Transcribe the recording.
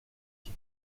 qui